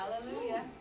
Hallelujah